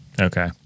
Okay